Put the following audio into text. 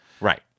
Right